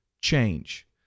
change